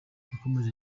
yakomeje